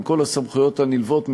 עם כל הסמכויות הנלוות,